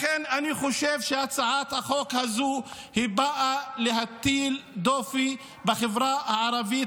לכן אני חושב שהצעת החוק הזאת באה להטיל דופי בחברה הערבית,